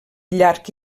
llarg